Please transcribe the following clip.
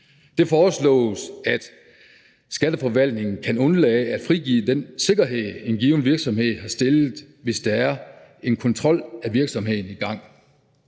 Det foreslås, at Skatteforvaltningen kan undlade at frigive den sikkerhed, en given virksomhed har stillet, hvis der er en kontrol af virksomheden i gang.